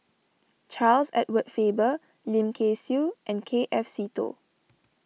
Charles Edward Faber Lim Kay Siu and K F Seetoh